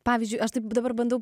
pavyzdžiui aš taip dabar bandau